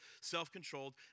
self-controlled